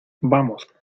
vamos